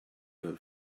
good